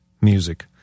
music